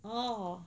oh